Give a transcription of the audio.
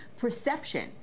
perception